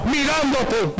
Mirándote